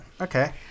Okay